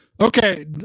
Okay